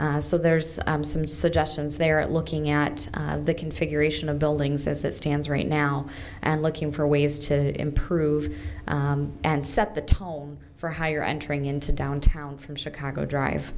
so there's some suggestions there at looking at the configuration of buildings as it stands right now and looking for ways to improve and set the tone for higher entering into downtown from chicago drive